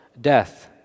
death